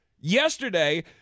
yesterday